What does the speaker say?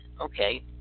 Okay